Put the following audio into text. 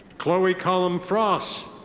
chloe callum frost.